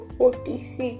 46